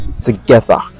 together